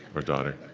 or daughter.